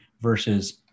versus